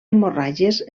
hemorràgies